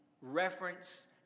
reference